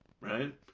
right